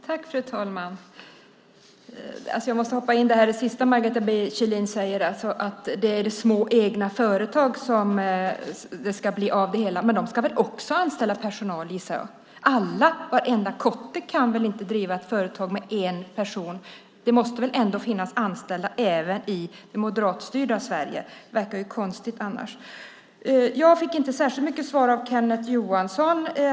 Fru talman! Jag måste kommentera det senaste Margareta B Kjellin sade om att det är de små egna företagen som blir en del av det hela. Men de ska väl också anställa personal. Alla, varenda kotte, kan väl inte driva ett företag med en person. Det måste väl ändå finnas anställda även i det moderatstyrda Sverige. Det verkar konstigt annars. Jag fick inte särskilt mycket svar av Kenneth Johansson.